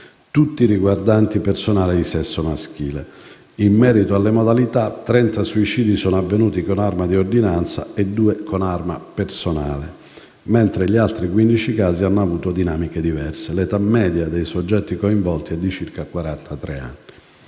tutti riguardanti personale di sesso maschile. In merito alle modalità, 30 suicidi sono avvenuti con arma di ordinanza e due con arma personale, mentre gli altri 15 casi hanno avuto dinamiche diverse. L'età media dei soggetti coinvolti è di circa